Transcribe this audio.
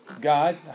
God